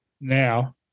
now